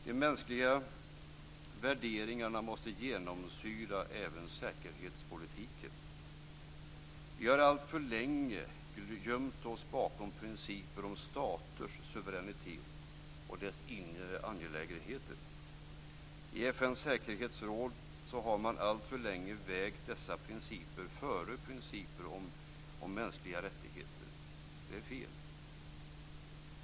De mänskliga värderingarna måste genomsyra även säkerhetspolitiken. Vi har alltför länge gömt oss bakom principer om staters suveränitet och deras inre angelägenheter. I FN:s säkerhetsråd har man alltför länge vägt dessa principer före principer om mänskliga rättigheter. Detta är fel.